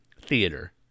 theater